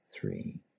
three